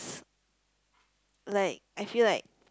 like I feel like